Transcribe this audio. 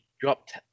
dropped